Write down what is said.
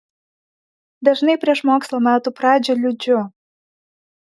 dažnai prieš mokslo metų pradžią liūdžiu